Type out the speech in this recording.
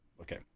okay